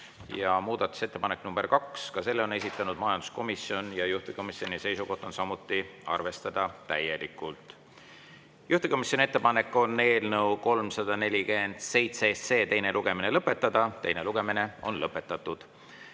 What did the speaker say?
Muudatusettepanek nr 2, ka selle on esitanud majanduskomisjon ja juhtivkomisjoni seisukoht on samuti arvestada täielikult. Juhtivkomisjoni ettepanek on eelnõu 347 teine lugemine lõpetada. Teine lugemine on lõpetatud